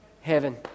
heaven